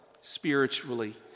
spiritually